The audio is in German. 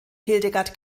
hildegard